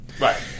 Right